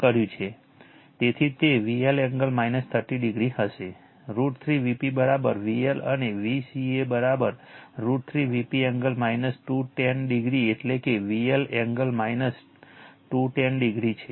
તેથી તે VL angle 30o હશે √ 3 Vp VL અને Vca √ 3 Vp એંગલ 210o એટલે કે VL એંગલ 210o છે